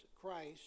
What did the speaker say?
Christ